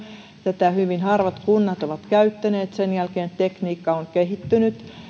tätä hyvin harvat kunnat ovat käyttäneet sen jälkeen tekniikka on kehittynyt